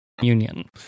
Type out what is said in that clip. union